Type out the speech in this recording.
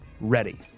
ready